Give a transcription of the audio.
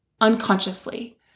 unconsciously